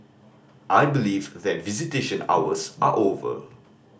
I believe that visitation hours are over